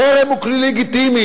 חרם הוא כלי לגיטימי.